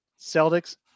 Celtics